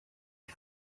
uyu